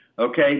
Okay